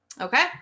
okay